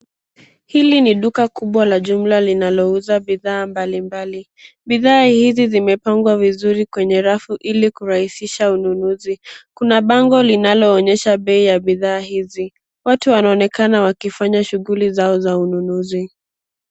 Hili ni duka kubwa la jumla linalouzwa bidhaa mbalimbali. Bidhaa hizi zimepangwa vizuri kweye rafu ili kurahisisha ununuzi. Kuna bango linaloonyesha bei ya bidhaa hizi. Watu wanaoenakana wakifanya shughuli zao za ununuzi.